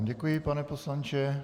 Děkuji vám, pane poslanče.